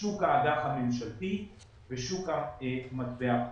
שוק האג"ח הממשלתי ושוק מטבע החוץ.